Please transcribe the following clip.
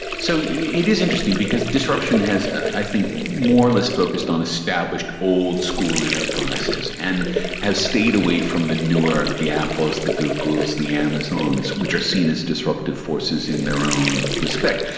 so yeah it is interesting because disruption has i think more or less focused on established old school enterprises, and has stayed away from the newer, the apples, the googles, the amazons, which are seen as a disruptive forces in their own respect.